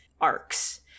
arcs